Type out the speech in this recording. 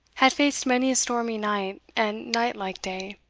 had faced many a stormy night and night-like day.